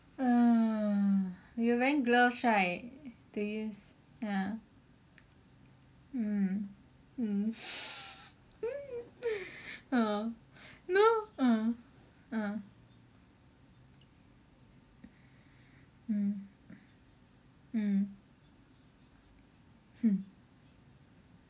uh we were wearing gloves right ya mm mm uh no uh uh mm mm hmm